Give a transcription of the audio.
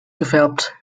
gefärbt